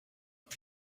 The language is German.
auf